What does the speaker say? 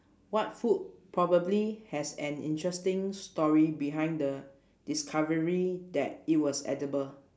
what food probably has an interesting story behind the discovery that it was edible